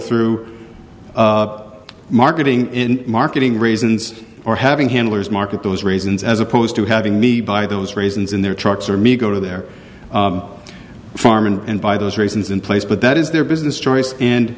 through marketing and marketing raisins or having handlers market those raisins as opposed to having me buy those raisins in their trucks or me go to their farm and buy those raisins in place but that is their business choice and